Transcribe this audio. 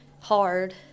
hard